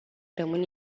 rămân